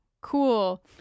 cool